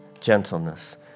gentleness